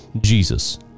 Jesus